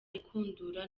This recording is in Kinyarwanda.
inkundura